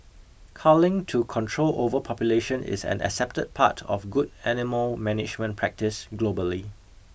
culling to control overpopulation is an accepted part of good animal management practice globally